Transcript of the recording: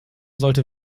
sollte